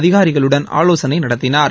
அதிகாரிகளுடன் ஆலோசனை நடத்தினார்